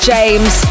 James